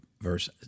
verse